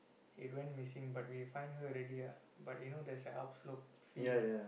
it went missing but we find her already lah but you know there's a up slope field